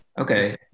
Okay